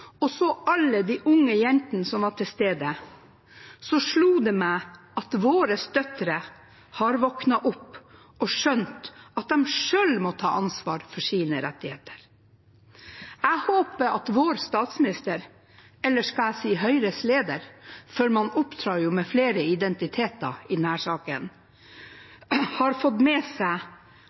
og så alle de unge jentene som var til stede, slo det meg at våre døtre har våknet opp og skjønt at de må selv ta ansvar for sine rettigheter. Jeg håper vår statsminister – eller skal jeg si Høyres leder, for man opptrer med flere identiteter i denne saken – har fått med seg